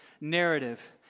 narrative